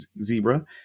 zebra